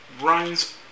runs